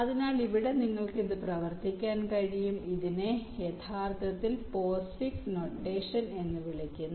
അതിനാൽ ഇവിടെ നിങ്ങൾക്ക് ഇത് പ്രവർത്തിക്കാൻ കഴിയും ഇതിനെ യഥാർത്ഥത്തിൽ പോസ്റ്റ്ഫിക്സ് നൊട്ടേഷൻ എന്ന് വിളിക്കുന്നു